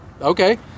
okay